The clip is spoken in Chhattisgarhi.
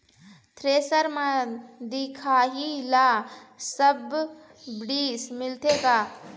थ्रेसर म दिखाही ला सब्सिडी मिलथे का?